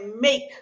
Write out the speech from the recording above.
make